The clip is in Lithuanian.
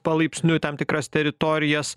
palaipsniui tam tikras teritorijas